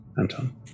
Anton